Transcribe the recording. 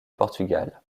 portugal